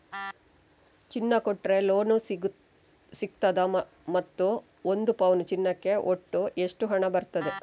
ಚಿನ್ನ ಕೊಟ್ರೆ ಲೋನ್ ಸಿಗ್ತದಾ ಮತ್ತು ಒಂದು ಪೌನು ಚಿನ್ನಕ್ಕೆ ಒಟ್ಟು ಎಷ್ಟು ಹಣ ಬರ್ತದೆ?